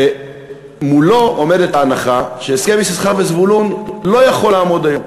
ומולו עומדת ההנחה שהסכם יששכר וזבולון לא יכול לעמוד היום,